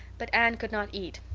but anne could not eat.